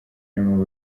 clement